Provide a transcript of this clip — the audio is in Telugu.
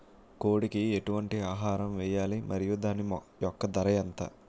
కోడి కి ఎటువంటి ఆహారం వేయాలి? మరియు దాని యెక్క ధర ఎంత?